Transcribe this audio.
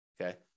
okay